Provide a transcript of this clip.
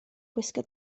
gwisgo